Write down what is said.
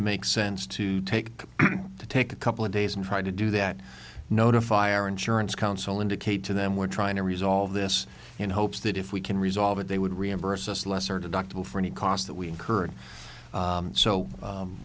to make sense to take to take a couple of days and try to do that notify our insurance council indicate to them we're trying to resolve this in hopes that if we can resolve it they would reimburse us lesser deductible for any cost that we incur